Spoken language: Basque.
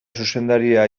zuzendaria